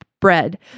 bread